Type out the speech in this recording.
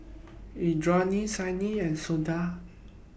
Indranee Saina and Suda